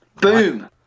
Boom